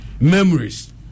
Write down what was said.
memories